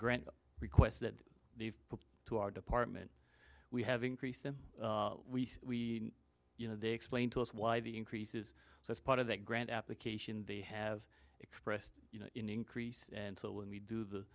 grant requests that we've put to our department we have increased and we you know they explain to us why the increases as part of that grant application they have expressed you know increase and so when we do the